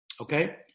Okay